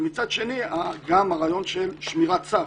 ומצד שני גם הרעיון של שמירת סף,